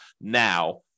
now